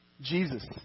Jesus